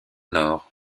nord